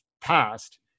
passed